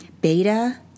Beta